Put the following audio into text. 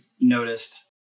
noticed